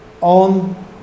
on